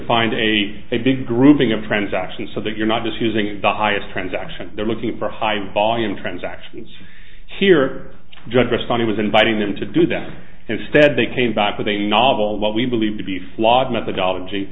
find a big grouping of transactions so that you're not just using the highest transaction they're looking for high volume transactions here just funny was inviting them to do that instead they came back with a novel what we believe to be flawed methodology